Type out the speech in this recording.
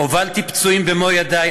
הובלתי פצועים במו ידי.